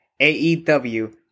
AEW